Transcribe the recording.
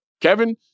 Kevin